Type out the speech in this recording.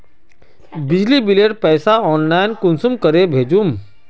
बिजली बिलेर पैसा ऑनलाइन कुंसम करे भेजुम?